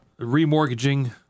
Remortgaging